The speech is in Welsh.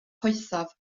poethaf